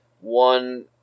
one